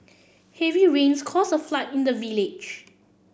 heavy rains caused a flood in the village